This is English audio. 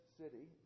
city